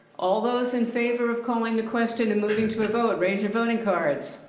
all those in favor of calling the question and moving to a vote, raise your voting cards.